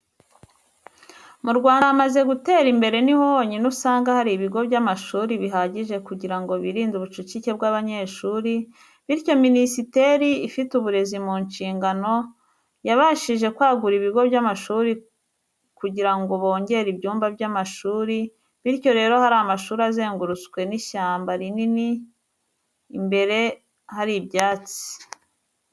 Mu Rwanda hamaze gutera imbere ni ho honyine, usanga hari ibigo by'amashuri bihagije kugira ngo birinde ubucucike bw'abanyeshuri, bityo Minisiteri ifite uburezi mu nshingano yabashije kwagura ibigo by'amashuri kugirra ngo bongere ibyumba by'amashuri, bityo rero hari amashuri azengurutswe n'ishyamba rinini, imbere hari ibyatsi.